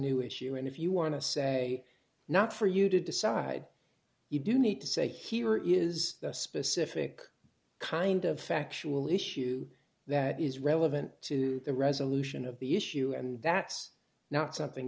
new issue and if you want to say not for you to decide you do need to say here is a specific kind of factual issue that is relevant to the resolution of the issue and that's not something